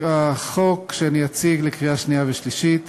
החוק שאני אציג לקריאה שנייה ושלישית